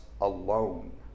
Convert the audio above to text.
alone